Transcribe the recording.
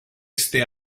este